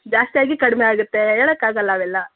ಜಾಸ್ತಿ ಆಗಿ ಕಡಿಮೆ ಆಗತ್ತೆ ಹೇಳಕ್ ಆಗಲ್ಲ ಅವೆಲ್ಲ